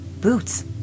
boots